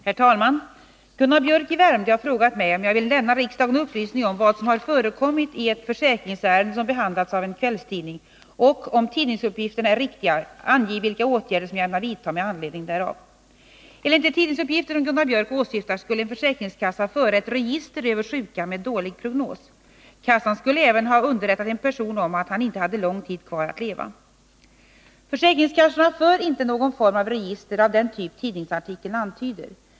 Herr talman! Gunnar Biörck i Värmdö har frågat mig om jag vill lämna riksdagen upplysning om vad som har förekommit i ett försäkringsärende som behandlats i en kvällstidning och — om tidningsuppgifterna är riktiga — ange vilka åtgärder som jag ämnar vidta med anledning härav. Enligt de tidningsuppgifter Gunnar Biörck åsyftar skulle en försäkringskassa föra ett register över sjuka med dålig prognos. Kassan skulle även ha underrättat en person om att han inte hade lång tid kvar att leva. Försäkringskassorna för inte någon form av register av den typ tidningsartikeln antyder.